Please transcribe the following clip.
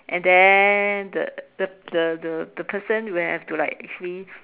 and then the the the the the person will have to like actually